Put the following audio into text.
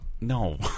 No